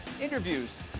interviews